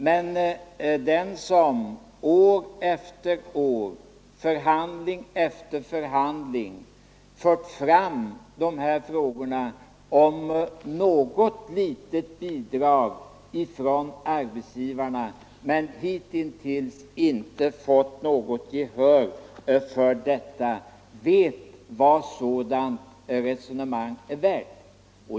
Men den som år efter år, förhandling efter förhandling fört fram dessa frågor om något litet bidrag från arbetsgivarna men hitintills inte fått något gehör för detta vet vad sådant resonemang är värt.